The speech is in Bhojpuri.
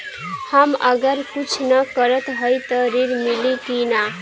हम अगर कुछ न करत हई त ऋण मिली कि ना?